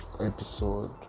episode